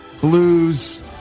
blues